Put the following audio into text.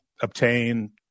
obtain